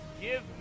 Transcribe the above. give